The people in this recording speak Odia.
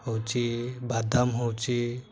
ହେଉଛି ବାଦାମ ହେଉଛି